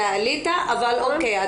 זה האליטה אבל אוקיי,